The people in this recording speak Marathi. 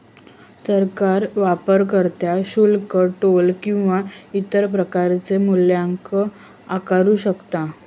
सरकार वापरकर्ता शुल्क, टोल किंवा इतर प्रकारचो मूल्यांकन आकारू शकता